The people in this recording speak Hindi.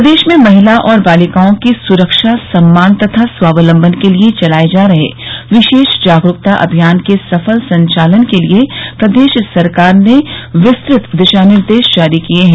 प्रदेश में महिला और बालिकाओं की सुरक्षा सम्मान तथा स्वावलंबन के लिए चलाये जा रहे विशेष जागरूकता अभियान के सफल संचालन के लिए प्रदेश सरकार ने विस्तृत दिशा निर्देश जारी किये हैं